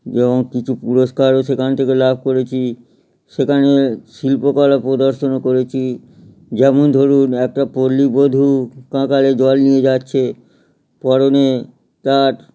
যেমন কিছু পুরস্কারও সেখান থেকে লাভ করেছি সেখানে শিল্পকলা প্রদর্শনও করেছি যেমন ধরুন একটা পল্লী বধূ কাঁকালে জল নিয়ে যাচ্ছে পরনে তার